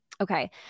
Okay